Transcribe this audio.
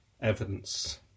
evidence